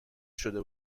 شده